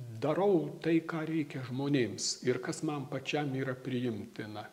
darau tai ką reikia žmonėms ir kas man pačiam yra priimtina